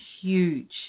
huge